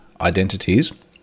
Identities